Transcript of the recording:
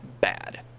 bad